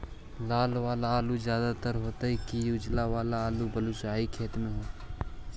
लाल वाला आलू ज्यादा दर होतै कि उजला वाला आलू बालुसाही खेत में?